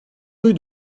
rue